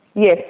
Yes